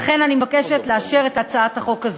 לכן אני מבקשת לאשר את הצעת החוק הזו.